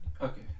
Okay